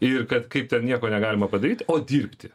ir kad kaip ten nieko negalima padaryt o dirbti